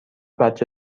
بچه